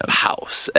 house